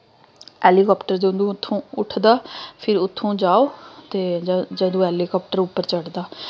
helicopter जदूं उत्थूं उठदा फिर उत्थूं जाओ ते जदूं हैलीकैप्टर उप्पर चढ़दा